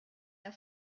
der